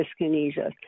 dyskinesia